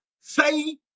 say